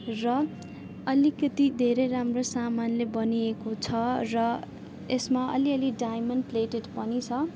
र अलिकति धेरै राम्रो सामानले बनिएको छ र यसमा अलिअलि डायमन्ड प्लेटेड पनि छ